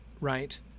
right